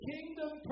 Kingdom